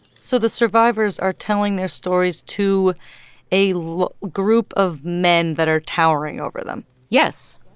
so the survivors are telling their stories to a like group of men that are towering over them yes.